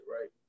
right